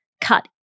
cut